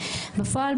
בפועל,